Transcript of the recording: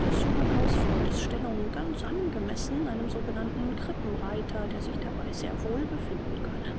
des jungen hausfreundes stellung ganz angemessen einem sogenannten krippenreiter der sich dabei sehr wohl befinden könne